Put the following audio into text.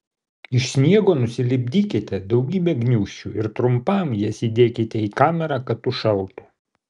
iš sniego nusilipdykite daugybę gniūžčių ir trumpam jas įdėkite į kamerą kad užšaltų